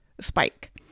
spike